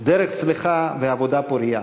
דרך צלחה ועבודה פורייה.